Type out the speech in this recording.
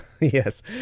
Yes